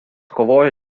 kovojo